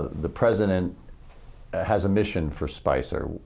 the president has a mission for spicer.